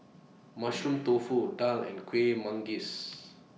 Mushroom Tofu Daal and Kueh Manggis